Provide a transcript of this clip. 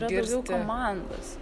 yra daugiau komandos